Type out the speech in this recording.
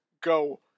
go